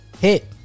hit